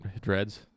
dreads